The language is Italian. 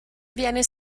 viene